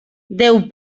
deu